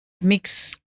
mix